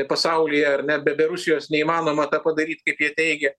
pasaulyje ar ne be rusijos neįmanoma tą padaryt kaip jie teigia